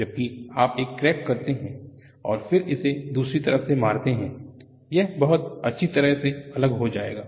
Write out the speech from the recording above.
जबकि आप एक क्रैक करते हैं और फिर इसे दूसरी तरफ से मारते हैं यह बहुत अच्छी तरह से अलग हो जाएगा